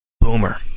Boomer